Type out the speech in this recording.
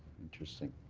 interesting.